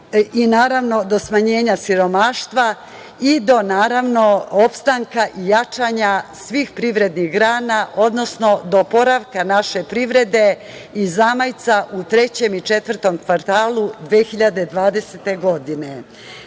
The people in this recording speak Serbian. i naravno do smanjenja siromaštva i do opstanka i jačanja svih privrednih grana, odnosno do oporavka naše privrede i zamajca u trećem i četvrtom kvartalu 2020.